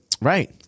Right